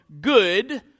good